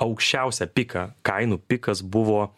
aukščiausią piką kainų pikas buvo